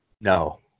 no